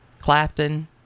clapton